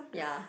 ya